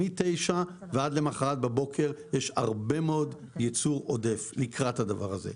מ-21:00 ועד למוחרת בבוקר יש הרבה מאוד ייצור עודף לקראת הדבר הזה.